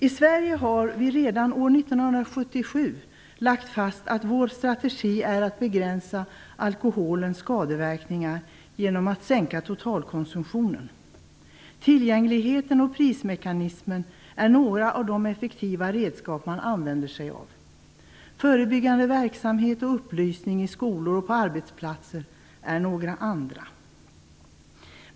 I Sverige har vi redan år 1977 lagt fast att vår strategi är att begränsa alkoholens skadeverkningar genom att sänka totalkonsumtionen. Tillgängligheten och prismekanismen är några av de effektiva redskap som man använder. Förebyggande verksamhet och upplysning i skolor och på arbetsplatser är några andra.